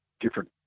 different